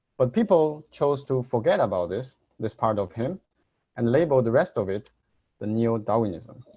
but people chose to forget about this this part of him and label the rest of it the neo-darwinism.